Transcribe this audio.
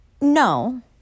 No